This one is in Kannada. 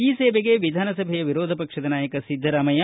ಈ ಸೇವೆಗೆ ವಿಧಾನಸಭೆ ವಿರೋಧ ಪಕ್ಷದ ನಾಯಕ ಸಿದ್ದರಾಮಯ್ಯ